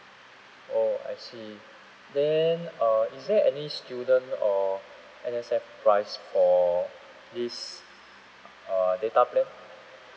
oh I see then uh is there any student or N_S_F price for this uh uh data plan